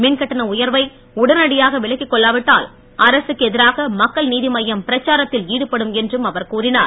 மின்கட்டண உயர்வை உடனடியாக விலக்கிக் கொள்ளாவிட்டால் அரசுக்கு எதிராக மக்கள் நீதி மய்யம் பிரச்சாரத்தில் ஈடுபடும் என்றும் அவர் கூறினார்